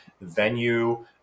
venue